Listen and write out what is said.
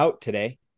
today